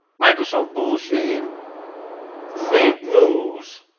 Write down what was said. microsoft bullshitting fake news